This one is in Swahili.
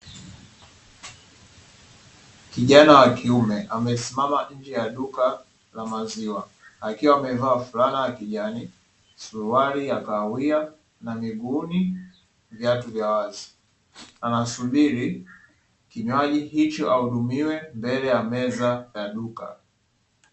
Kijana wa kiume amesimama nje ya duka la maziwa akiwa amevaa flana ya kijani, suruali ya kahawia na miguuni viatu vya wazi anasubiri kinywaji hicho ahudumiwe mbele ya meza ya duka.